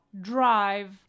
Drive